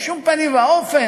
בשום פנים ואופן.